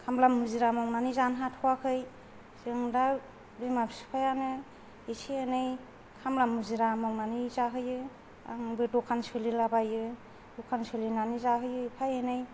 खामला मुजिरा मावनानै जानो हाथ'वाखै जों दा बिमा बिफायानो इसे एनै खामला मुजिरा मावनानै जाहोयो आंबो दखान सोलिलाबायो दखान सोलिनानै जाहैयो एफा एनै